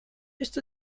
ist